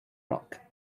rock